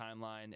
timeline